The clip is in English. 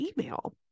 email